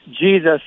Jesus